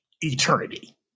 eternity